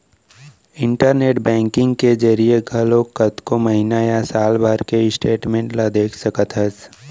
internet banking के जरिए घलौक कतको महिना या साल भर के स्टेटमेंट ल देख सकत हस